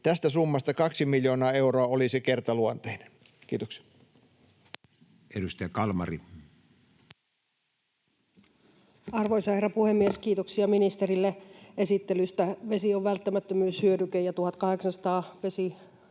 Tästä summasta kaksi miljoonaa euroa olisi kertaluonteista. — Kiitoksia. Edustaja Kalmari. Arvoisa herra puhemies! Kiitoksia ministerille esittelystä. Vesi on välttämättömyyshyödyke, ja 1 800